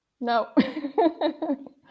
no